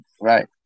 Right